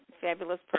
fabulous